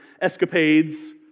escapades